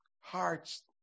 Hearts